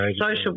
social